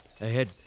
ahead